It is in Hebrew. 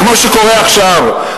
כמו שקורה עכשיו,